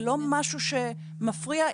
זה לא משהו שמפריע.